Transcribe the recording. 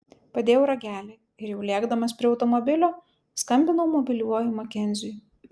padėjau ragelį ir jau lėkdamas prie automobilio skambinau mobiliuoju makenziui